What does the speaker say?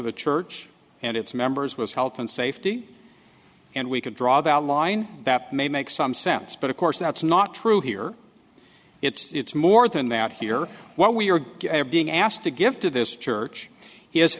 the church and its members was health and safety and we could draw that line that may make some sense but of course that's not true here it's more than that here what we are being asked to give to this church here is